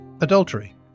adultery